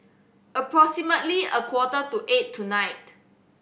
approximately a quarter to eight tonight